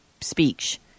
speech